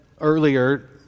earlier